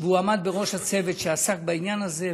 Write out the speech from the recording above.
והוא עמד בראש הצוות שעסק בעניין הזה.